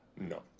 No